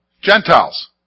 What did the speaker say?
Gentiles